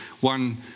one